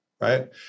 right